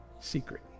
secret